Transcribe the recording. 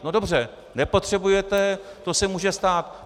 No dobře, nepotřebujete, to se může stát.